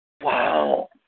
Wow